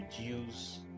reduce